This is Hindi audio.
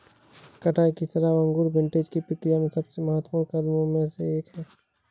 कटाई की शराब अंगूर विंटेज की प्रक्रिया में सबसे महत्वपूर्ण कदमों में से एक है